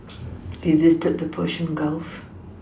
we visited the Persian Gulf